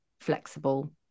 flexible